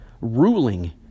Ruling